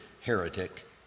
heretic